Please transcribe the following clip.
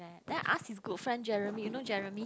ya then ask his good friend Jeremy you know Jeremy